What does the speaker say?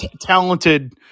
talented